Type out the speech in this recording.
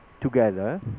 together